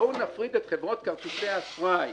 בואו נפריד את חברות כרטיסי האשראי,